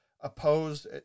opposed